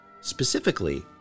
Specifically